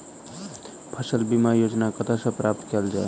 फसल बीमा योजना कतह सऽ प्राप्त कैल जाए?